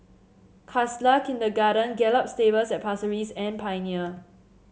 Khalsa Kindergarten Gallop Stables at Pasir Ris and Pioneer